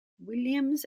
williams